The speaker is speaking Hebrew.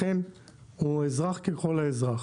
לכן הוא אזרח ככל האזרח,